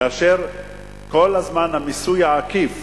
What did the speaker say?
כאשר המיסוי העקיף